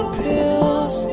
pills